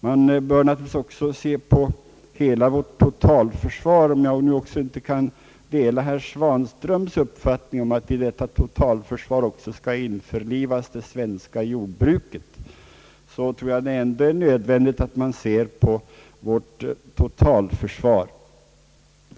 Man bör naturligtvis också se på hela vårt totalförsvar. Om jag inte kan dela herr Svanströms uppfattning att med detta totalförsvar också skall införlivas det svenska jordbruket, så tror jag ändå att det är nödvändigt att man ser på vårt totalförsvar.